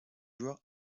joueur